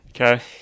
Okay